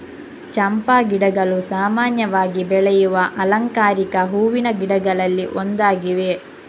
ಚಂಪಾ ಗಿಡಗಳು ಸಾಮಾನ್ಯವಾಗಿ ಬೆಳೆಯುವ ಅಲಂಕಾರಿಕ ಹೂವಿನ ಗಿಡಗಳಲ್ಲಿ ಒಂದಾಗಿವೆ